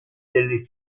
delle